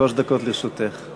שלוש דקות לרשותך.